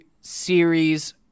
series